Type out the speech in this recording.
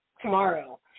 tomorrow